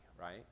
right